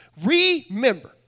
Remember